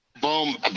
Boom